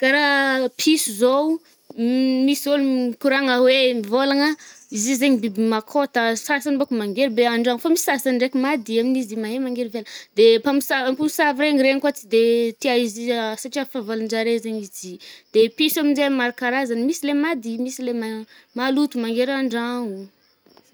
Karaha piso zao misy ôlo mikoragna hoe, mivôlagna izy io zaigny biby makôta ny sasany bôko mangery be an-dragno. Fô misy sasany ndraiky madio amin’izy i, mahay mangery ivela. De mpamosa- amposavy regny, regny koa tsy de tia izy satria fahavalon-jare zaigny izy. De piso amin'jay maro karazany, misy le mady, misy le ma-maloto mangery an-dragno, zay.